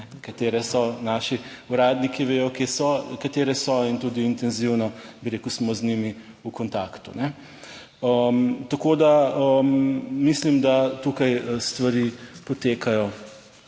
katere so naši uradniki vedo kje so, katere so in tudi intenzivno bi rekel, smo z njimi v kontaktu. Tako da misli, da tukaj stvari potekajo